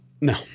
No